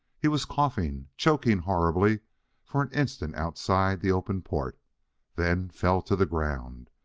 he was coughing choking horribly for an instant outside the open port then fell to the ground,